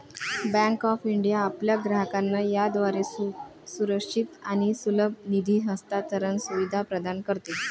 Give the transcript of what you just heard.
bank of India आपल्या ग्राहकांना याद्वारे सुरक्षित आणि सुलभ निधी हस्तांतरण सुविधा प्रदान करते